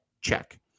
Check